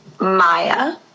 Maya